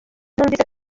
numvise